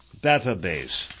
database